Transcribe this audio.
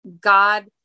God